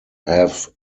have